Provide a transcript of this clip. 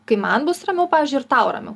kai man bus ramiau pavyzdžiui ir tau ramiau